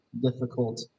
difficult